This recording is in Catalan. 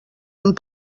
amb